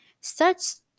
starts